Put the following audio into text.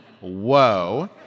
whoa